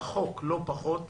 בחוק נקבע שלא פחות מזה.